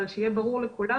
אבל שיהיה ברור לכולם,